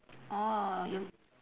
orh you